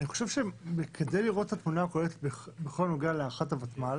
אני חושב שכדי לראות את התמונה הכוללת בכל הנוגע להארכת הוותמ"ל